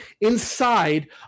inside